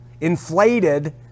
inflated